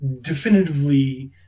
definitively